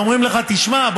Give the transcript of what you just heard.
ואומרים לך: תשמע,